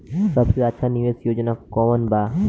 सबसे अच्छा निवेस योजना कोवन बा?